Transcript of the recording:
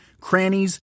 crannies